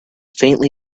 faintly